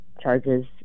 charges